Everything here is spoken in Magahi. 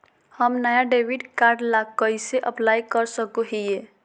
हम नया डेबिट कार्ड ला कइसे अप्लाई कर सको हियै?